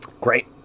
Great